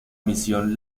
misión